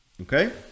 Okay